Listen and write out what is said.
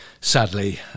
sadly